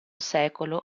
secolo